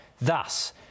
Thus